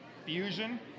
Fusion